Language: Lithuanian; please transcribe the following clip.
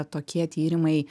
tokie tyrimai